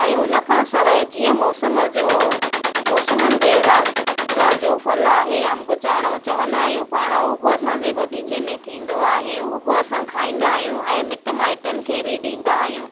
ऐं उनखां सवाइ जीअं मौसमु जो मौसमनि जे राजा जो फ़ल आहे अंब चाण चवंदा आहियूं पाण हू बि असांजे बगीचे में थींदो आहे हू बि असां खाईंदा आहियूं ऐं मिट माइटनि खे बि ॾींदा आहियूं